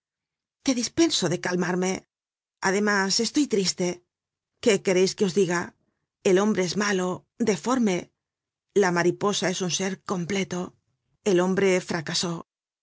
te dispenso de calmarme además estoy triste qué quereis que os diga el hombre es malo deforme la mariposa es un ser completo el hombre fracasó